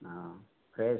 हाँ कैस